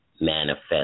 manifest